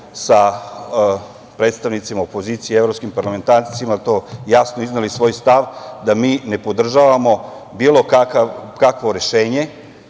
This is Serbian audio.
sa predstavnicima opozicije i evropskim parlamentarcima, to jasno izneli svoj stav, da mi ne podržavamo bilo kakvo rešenje